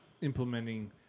Implementing